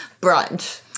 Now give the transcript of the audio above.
brunch